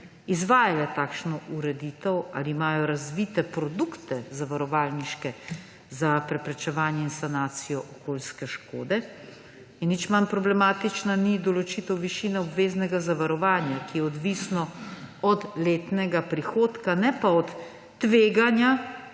izvajale takšno ureditev, ali imajo razvite zavarovalniške produkte za preprečevanje in sanacijo okoljske škode. Nič manj problematična ni določitev višine obveznega zavarovanja, ki je odvisna od letnega prihodka ne pa od tveganja,